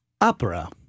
Opera